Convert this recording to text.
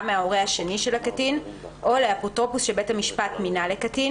מההורה השני של הקטין או לאפוטרופוס שבית המשפט מינה לקטין,